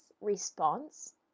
response